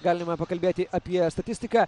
galime pakalbėti apie statistiką